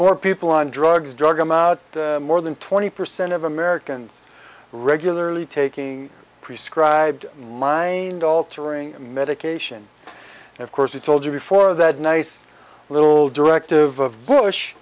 more people on drugs drug him out more than twenty percent of americans regularly taking prescribed mind altering medication of course he told you before that nice little directive of bush